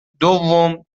دوم